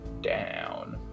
down